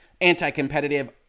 anti-competitive